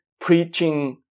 preaching